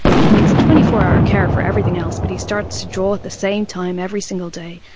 he needs twenty four hour care for everything else, but he starts to draw at the same time every single day,